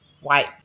white